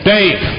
Dave